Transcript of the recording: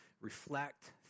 reflect